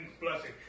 blessing